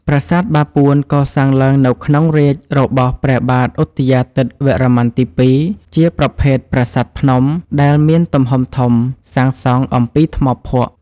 ប្រាសាទបាពួន កសាងឡើងនៅក្នុងរាជ្យរបស់ព្រះបាទឧទ្យាទិត្យវរ្ម័នទី ២ ជាប្រភេទប្រាសាទភ្នំដែល មានទំហំធំ សាងសង់អំពីថ្មភក់។